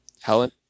Helen